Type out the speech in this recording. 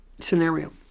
scenario